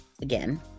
again